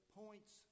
points